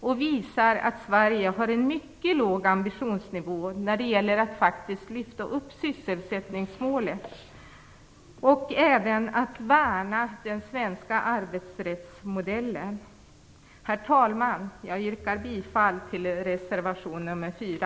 Det visar att Sverige har en mycket låg ambitionsnivå när det gäller att faktiskt lyfta upp sysselsättningsmålet och även att värna den svenska arbetsrättsmodellen. Herr talman! Jag yrkar bifall till reservation nr 4.